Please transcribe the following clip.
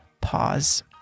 pause